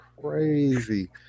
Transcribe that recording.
crazy